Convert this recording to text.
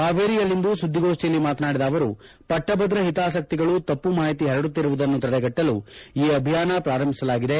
ಹಾವೇರಿಯಲ್ಲಿಂದು ಸುದ್ದಿಗೋಷ್ಠಿಯಲ್ಲಿ ಮಾತನಾಡಿದ ಅವರು ಪಟ್ವಭದ್ರ ಹಿತಾಸಕ್ತಿಗಳು ತಪ್ಪು ಮಾಹಿತಿ ಹರಡುತ್ತಿರುವುದನ್ನು ತಡೆಗಟ್ಟಲು ಈ ಅಭಿಯಾನ ಪ್ರಾರಂಭಿಸಲಾಗಿದೆ